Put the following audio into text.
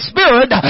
Spirit